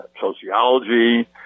sociology